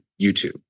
YouTube